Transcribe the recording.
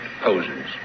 poses